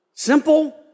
Simple